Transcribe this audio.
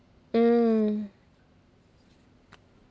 mm